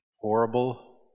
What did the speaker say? horrible